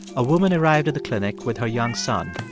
a woman arrived at the clinic with her young son.